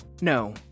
No